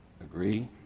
agree